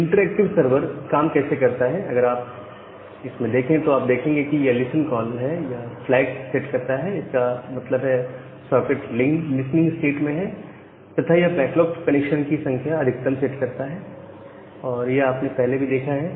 interactive server काम कैसे करता है अगर आप इसमें देखें तो आप देखेंगे कि यह लिसन कॉल है यह फ्लैग सेट करता है इसका मतलब है सॉकेट लिसनिंग स्टेट में है तथा यह बैकलॉग कनेक्शन की संख्या अधिकतम सेट करता है और यह आपने पहले भी देखा है